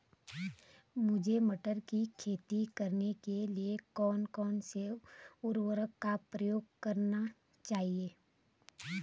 मुझे मटर की खेती करने के लिए कौन कौन से उर्वरक का प्रयोग करने चाहिए?